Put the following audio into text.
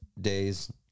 days